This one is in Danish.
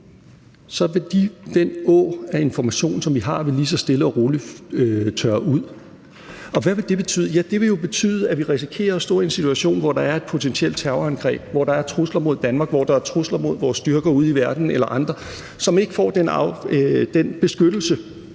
så vil den å af information, som vi har, lige så stille og roligt tørre ud. Og hvad vil det betyde? Ja, det vil jo betyde, at vi risikerer at stå i en situation, hvor der er et potentielt terrorangreb; hvor der er trusler mod Danmark; hvor der er trusler mod vores styrker ude i verden eller andre, som ikke får den beskyttelse,